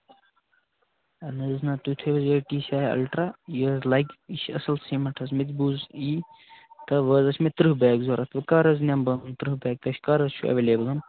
نہٕ حظ نہ تُہۍ تھٲیِو یہ ٹی سی آی الٹرٛا یہِ حظ لَگہِ یہِ چھِ اصٕل سیٖمٮ۪نٛٹ حظ مےٚ تہِ بوٗز یی تہٕ وۄنۍ حظ ٲسۍ مےٚ تٕرٛہ بیگ ضوٚرَتھ وۄنۍ کَر حظ نِمہٕ بہٕ یِم تٕرٛہ بیگ تُہۍ کَر حظ چھُو اٮ۪ویلیبٕلَن